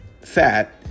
Fat